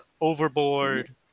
Overboard